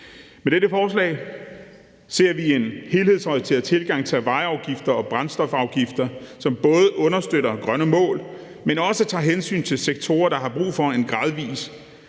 Med dette forslag ser vi en helhedsorienteret tilgang til vejafgifter og brændstofafgifterne, som både understøtter grønne mål, men som også tager hensyn til sektorer, der har brug for en gradvis